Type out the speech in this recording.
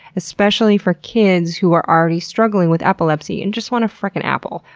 especially for kids who are already struggling with epilepsy and just want a frickin' apple,